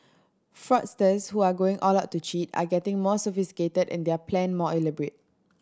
fraudsters who are going all out to cheat are getting more sophisticated and their plan more elaborate